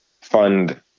fund